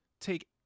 take